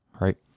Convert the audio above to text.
right